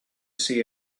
see